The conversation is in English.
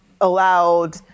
allowed